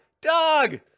dog